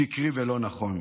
שקרי ולא נכון.